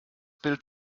bild